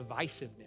divisiveness